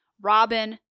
Robin